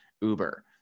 Uber